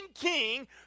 king